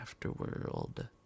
afterworld